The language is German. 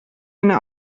eine